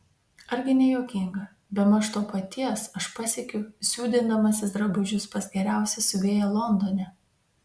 argi ne juokinga bemaž to paties aš pasiekiu siūdindamasis drabužius pas geriausią siuvėją londone